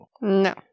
No